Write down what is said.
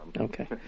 Okay